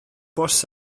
bws